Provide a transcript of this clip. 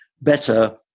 better